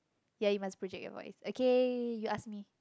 yeah you must project your voice okay you ask me